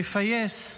מפייס,